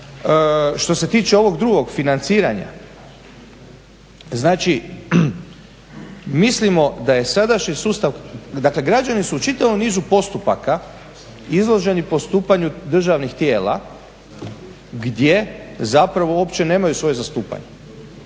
Što se tiče ovog drugog financiranja, znači, mislimo da je sadašnji sustav, dakle, građani su u čitavom nizu postupaka izloženi postupanju državnih tijela gdje zapravo uopće nemaju svoje zastupanje.